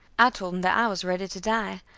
i told him that i was ready to die,